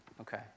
Okay